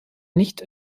nicht